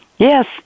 Yes